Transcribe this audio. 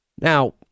Now